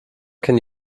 can